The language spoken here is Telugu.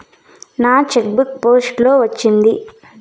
నా చెక్ బుక్ పోస్ట్ లో వచ్చింది